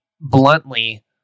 bluntly